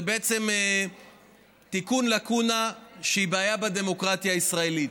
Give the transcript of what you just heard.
זה בעצם תיקון לקונה שהיא בעיה בדמוקרטיה הישראלית.